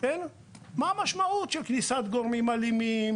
על אירועים אלימים,